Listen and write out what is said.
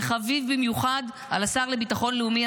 וחביב במיוחד על השר לביטחון לאומי,